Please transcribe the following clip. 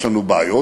יש לנו בעיות,